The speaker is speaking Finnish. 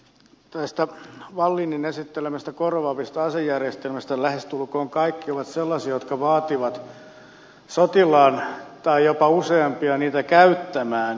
näistä wallinin esittelemistä korvaavista asejärjestelmistä lähestulkoon kaikki ovat sellaisia jotka vaativat sotilaan tai jopa useampia niitä käyttämään